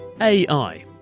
AI